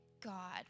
God